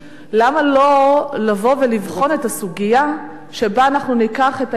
למה לא לבוא ולבחון את הסוגיה שבה אנחנו ניקח את היחידה